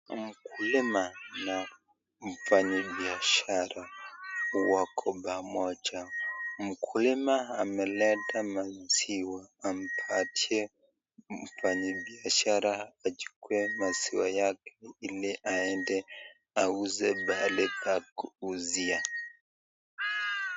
Mkulima na mfanyi biashara wako pamoja, mkulima ameleta maziwa amepatia mfanyi biashara achukue maziwa yake ili aende auze pahali pa kuuzia.